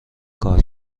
کار